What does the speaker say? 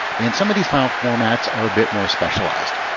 and some of these file formats are a bit more specialized.